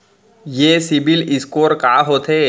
ये सिबील स्कोर का होथे?